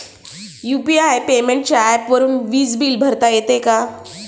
UPI पेमेंटच्या ऍपवरुन वीज बिल भरता येते का?